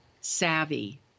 savvy